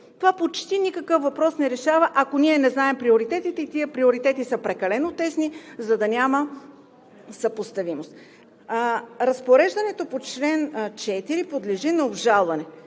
решава почти никакъв въпрос, ако ние не знаем приоритетите и тези приоритети са прекалено тесни, за да няма съпоставимост. Разпореждането по чл. 4 подлежи на обжалване.